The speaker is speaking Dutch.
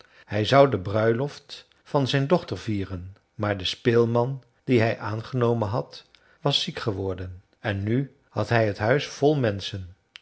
hij zou de bruiloft van zijn dochter vieren maar de speelman dien hij aangenomen had was ziek geworden en nu had hij het huis vol menschen